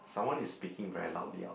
someone is speaking very loudly out